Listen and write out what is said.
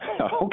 Okay